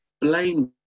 blame